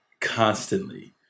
constantly